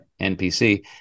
NPC